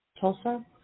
Tulsa